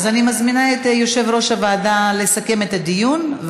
אני מזמינה את יושב-ראש הוועדה לסכם את הדיון,